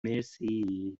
مرسی